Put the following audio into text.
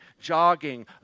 jogging